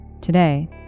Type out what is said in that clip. Today